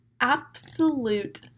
absolute